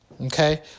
Okay